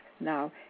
now